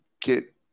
get